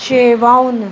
शेवाउनि